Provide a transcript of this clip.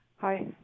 Hi